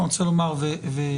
לפחות.